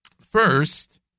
first